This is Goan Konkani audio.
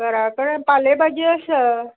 घरा कडेन पाले भाजी आसा